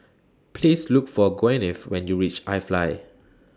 Please Look For Gwyneth when YOU REACH I Fly